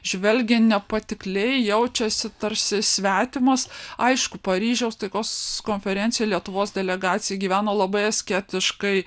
žvelgia nepatikliai jaučiasi tarsi svetimas aišku paryžiaus taikos konferencijoje lietuvos delegacija gyveno labai asketiškai